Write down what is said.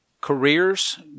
careers